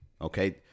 okay